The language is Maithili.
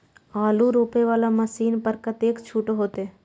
आलू रोपे वाला मशीन पर कतेक छूट होते?